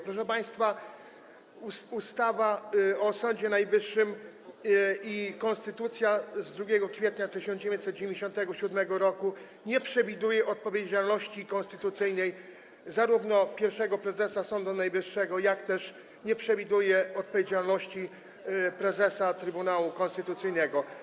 Proszę państwa, ustawa o Sądzie Najwyższym i konstytucja z 2 kwietnia 1997 r. nie przewidują odpowiedzialności konstytucyjnej zarówno pierwszego prezesa Sądu Najwyższego, jak też nie przewidują odpowiedzialności prezesa Trybunału Konstytucyjnego.